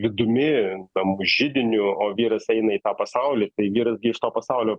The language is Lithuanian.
vidumi tam židiniu o vyras eina į tą pasaulį tai vyras gi iš to pasaulio